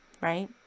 right